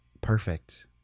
perfect